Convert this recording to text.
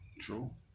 True